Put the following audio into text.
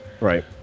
Right